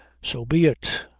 so be it.